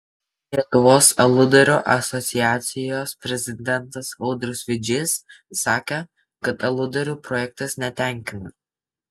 lietuvos aludarių asociacijos prezidentas audrius vidžys sakė kad aludarių projektas netenkina